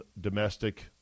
domestic